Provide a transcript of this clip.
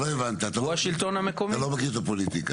אתה לא הבנת, אתה לא מכיר את הפוליטיקה.